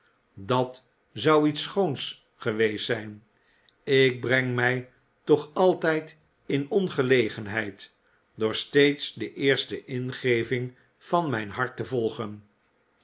dat zou iets schoons geweest zijn ik breng mij toch altijd in ongelegenheid door steeds de eerste ingeving van mijn hart te volgen